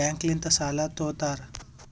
ಬ್ಯಾಂಕ್ಲಿಂತ್ ಸಾಲ ತೊ ಗೋತಾರ್